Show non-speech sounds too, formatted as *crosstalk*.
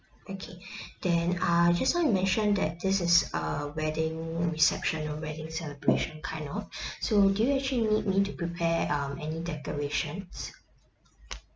okay *breath* then err just now you mentioned that this is a wedding reception a wedding celebration kind of *breath* so do you actually need me to prepare um any decorations